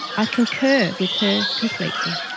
i concur with her completely.